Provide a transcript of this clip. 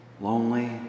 lonely